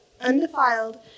undefiled